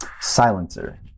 silencer